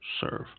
serve